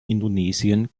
indonesien